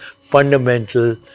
fundamental